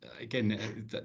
again